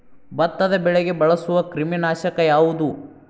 ಭತ್ತದ ಬೆಳೆಗೆ ಬಳಸುವ ಕ್ರಿಮಿ ನಾಶಕ ಯಾವುದು?